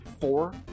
four